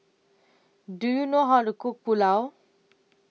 Do YOU know How to Cook Pulao